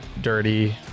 Dirty